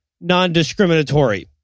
non-discriminatory